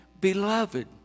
beloved